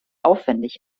aufwendig